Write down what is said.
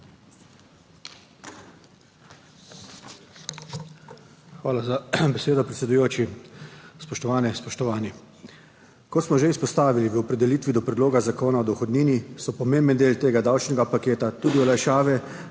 Hvala za besedo, predsedujoči. Spoštovane in spoštovani! Kot smo že izpostavili v opredelitvi do predloga zakona o dohodnini, so pomemben del tega davčnega paketa tudi olajšave